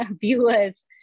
viewers